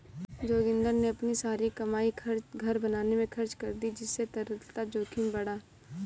जोगिंदर ने अपनी सारी कमाई घर बनाने में खर्च कर दी जिससे तरलता जोखिम बढ़ा